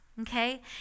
okay